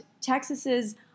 Texas's